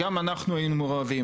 גם אנחנו היינו מעורבים,